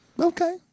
Okay